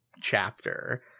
chapter